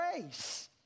grace